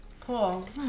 Cool